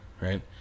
right